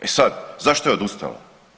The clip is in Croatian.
E sad zašto je odustala?